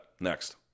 next